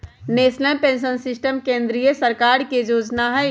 national pension system केंद्रीय सरकार के जोजना हइ